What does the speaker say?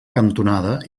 cantonada